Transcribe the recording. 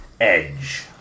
edge